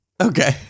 Okay